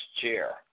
chair